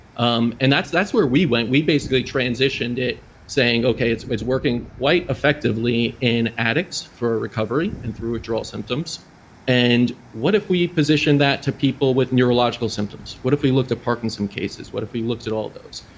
um and that's that's where we went. we basically transitioned it saying, okay, it's it's working quite effectively in addicts for recovery and for withdrawal symptoms and what if we position that to people with neurological symptoms? what if we looked at parkinson cases? what if we looked at all of those?